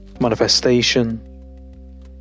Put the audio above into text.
manifestation